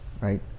right